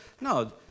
No